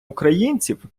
українців